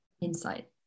insight